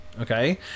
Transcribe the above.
Okay